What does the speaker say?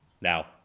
now